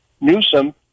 Newsom